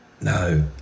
No